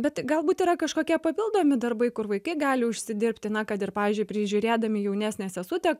bet galbūt yra kažkokie papildomi darbai kur vaikai gali užsidirbti na kad ir pavyzdžiui prižiūrėdami jaunesnę sesutę